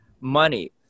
money